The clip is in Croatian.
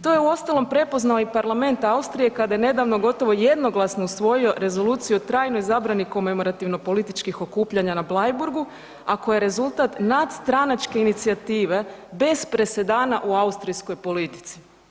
To je uostalom prepoznao i Parlament Austrije kada je nedavno gotovo jednoglasno usvojio Rezoluciju o trajnoj zabrani komemorativno-političkih okupljanja na Bleiburgu, a koje je rezultat nadstranačke inicijative bez presedana u austrijskoj politici.